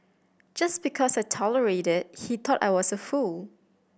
just because I tolerated he thought I was a fool